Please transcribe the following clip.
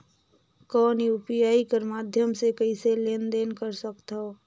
कौन यू.पी.आई कर माध्यम से कइसे लेन देन कर सकथव?